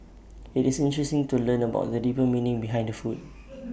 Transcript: IT is interesting to learn about the deeper meaning behind the food